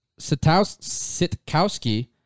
Sitkowski